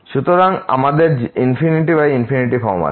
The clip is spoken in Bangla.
সুতরাং আমাদের ∞∞ ফর্ম আছে